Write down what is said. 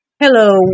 Hello